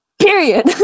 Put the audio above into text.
period